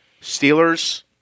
Steelers